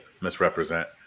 misrepresent